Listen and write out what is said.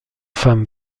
femme